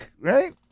right